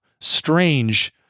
strange